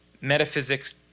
metaphysics